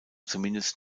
zumindest